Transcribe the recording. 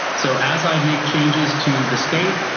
so as i make changes to the state,